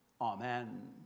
Amen